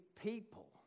people